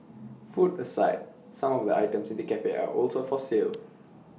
food aside some of the items in the Cafe are also for sale